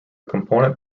component